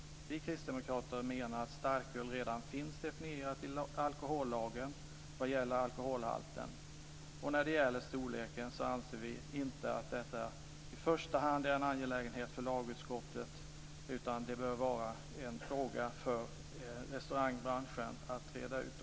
Vi kristdemokrater menar att starköl redan finns definierat i alkohollagen vad gäller alkoholhalten. När det gäller storleken anser vi inte att detta i första hand är en angelägenhet för lagutskottet, utan det bör vara en fråga för restaurangbranschen att klara ut.